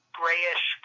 grayish